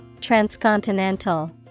Transcontinental